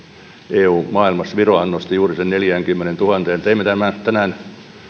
eu maailmassa virohan nosti juuri sen neljäänkymmeneentuhanteen teimme tänään